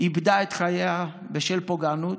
איבדה את חייה בשל פוגענות,